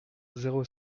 zéro